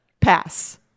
pass